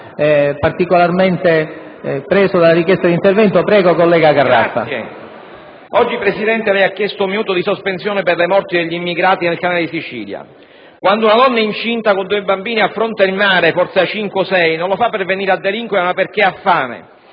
Signor Presidente, oggi lei ha chiesto un minuto di raccoglimento per le morti degli immigrati nel canale di Sicilia. Quando una donna incinta con due bambini affronta il mare forza 5 o 6 non lo fa per venire a delinquere, ma perché ha fame.